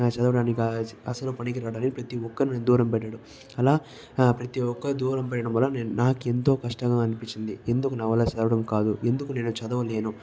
చదవడానికి అసలు పనికిరాడని ప్రతి ఒక్కరూ నన్ను దూరం పెట్టారు అలా ప్రతి ఒక్కరు నన్ను దూరం పెట్టడం వల్ల నేను నాకు ఎంతో కష్టంగా అనిపించింది ఎందుకు నా వల్ల చదవడం కాదు ఎందుకు నేను చదవలేను